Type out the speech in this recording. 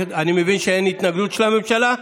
אני מבין שאין התנגדות של הממשלה.